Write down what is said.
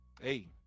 Hey